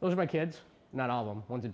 those are my kids not all of them w